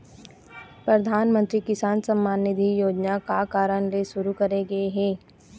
परधानमंतरी किसान सम्मान निधि योजना का कारन ले सुरू करे गे हे?